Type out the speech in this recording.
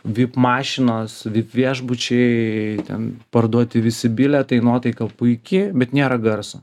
vip mašinos vip viešbučiai ten parduoti visi bilietai nuotaika puiki bet nėra garso